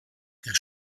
der